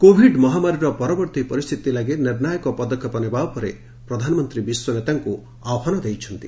Covid ମହାମାରୀର ପରବର୍ତ୍ତୀ ପରିସ୍ଥିତି ଲାଗି ନିର୍ଣ୍ଣାୟକ ପଦକ୍ଷେପ ନେବା ଉପରେ ପ୍ରଧାନମନ୍ତ୍ରୀ ବିଶ୍ୱ ନେତାଙ୍କୁ ଆହ୍ୱାନ ଦେଇଛନ୍ତି